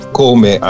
come